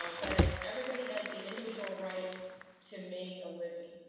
um but everybody has the individual right to make a living.